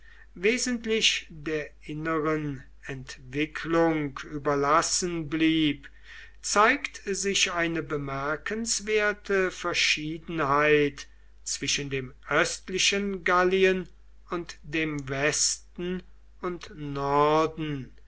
wesentlich der inneren entwicklung überlassen blieb zeigt sich eine bemerkenswerte verschiedenheit zwischen dem östlichen gallien und dem westen und norden